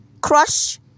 Crush